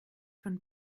von